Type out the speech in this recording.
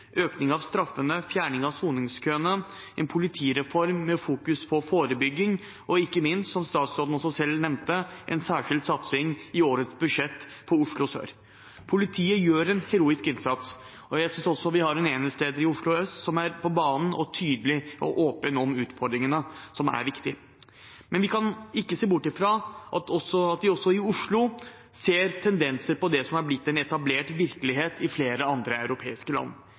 økning av straffene, fjerning av soningskøene, en politireform med fokus på forebygging og ikke minst, som statsråden også selv nevnte, en særskilt satsing på Oslo sør i årets budsjett. Politiet gjør en heroisk innsats, og jeg synes også vi har en enhetsleder i Oslo øst som er på banen og er tydelig og åpen om utfordringene, noe som er viktig. Men vi kan ikke se bort fra at en også i Oslo ser tendenser til det som har blitt en etablert virkelighet i flere andre europeiske land.